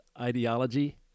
ideology